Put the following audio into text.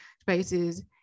spaces